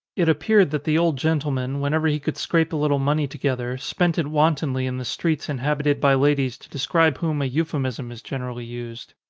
it appeared that the old gentleman, when ever he could scrape a little money together, spent it wantonly in the streets inhabited by ladies to describe whom a euphemism is generally used.